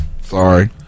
Sorry